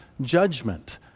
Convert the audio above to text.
judgment